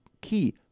key